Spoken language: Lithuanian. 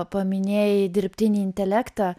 paminėjai dirbtinį intelektą